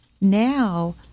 Now